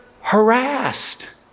harassed